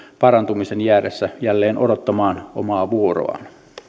parantumisen jäädessä jälleen odottamaan omaa vuoroaan